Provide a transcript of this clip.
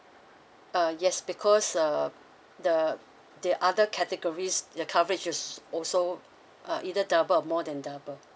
uh yes because uh the the other categories the coverage is also uh either double or more than double